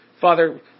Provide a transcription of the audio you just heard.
Father